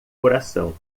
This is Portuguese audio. coração